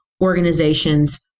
organizations